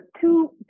two